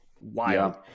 wild